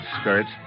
skirts